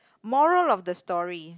moral of the story